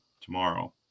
tomorrow